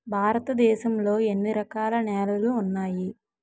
భారతదేశం లో ఎన్ని రకాల నేలలు ఉన్నాయి?